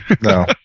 No